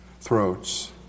throats